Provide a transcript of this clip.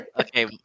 okay